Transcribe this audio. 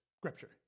Scripture